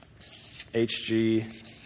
HG